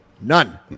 None